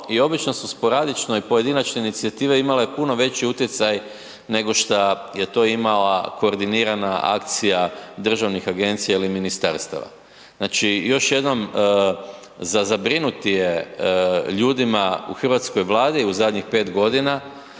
i obično su sporadično i pojedinačne inicijative imale puno veći utjecaj nego što je to imala koordinirana akcija državnih agencija ili ministarstava. Znači, još jednom za zabrinuti je ljudima u Hrvatskoj vladi u zadnjih 5 godina